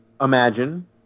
imagine